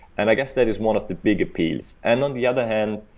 and i guess that is one of the big appeals. and on the other hand,